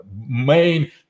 main